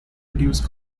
reduce